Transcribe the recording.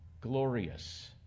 glorious